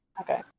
Okay